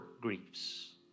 griefs